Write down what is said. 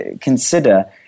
consider